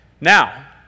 Now